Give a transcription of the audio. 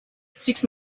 six